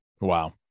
Wow